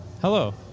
Hello